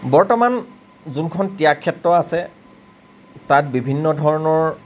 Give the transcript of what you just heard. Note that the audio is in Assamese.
বৰ্তমান যোনখন ত্যাগ ক্ষেত্ৰ আছে তাত বিভিন্ন ধৰণৰ